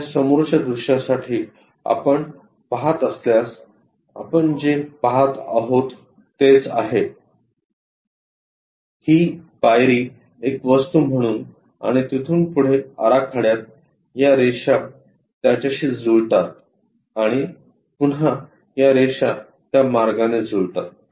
या समोरच्या दृश्यासाठी आपण पहात असल्यास आपण जे पहात आहोत तेच आहे ही पायरी एक वस्तू म्हणून आणि तिथून पुढे आराखड्यात या रेषा त्याच्याशी जुळतात आणि पुन्हा या रेषा त्या मार्गाने जुळतात